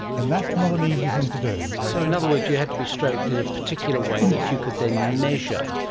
and that's not an easy thing to do. so in other words you have to be stroked in a particular way that you could then measure.